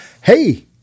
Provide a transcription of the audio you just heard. Hey